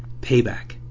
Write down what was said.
payback